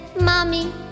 Mommy